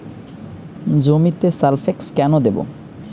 জমিতে সালফেক্স কেন দেবো?